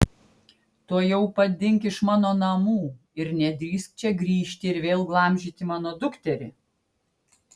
tuojau pat dink iš mano namų ir nedrįsk čia grįžti ir vėl glamžyti mano dukterį